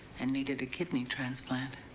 and needed a kidney transplant.